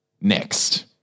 Next